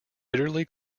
bitterly